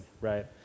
right